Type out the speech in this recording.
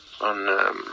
on